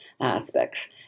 aspects